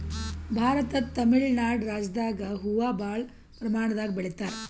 ಭಾರತದ್ ತಮಿಳ್ ನಾಡ್ ರಾಜ್ಯದಾಗ್ ಹೂವಾ ಭಾಳ್ ಪ್ರಮಾಣದಾಗ್ ಬೆಳಿತಾರ್